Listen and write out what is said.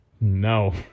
No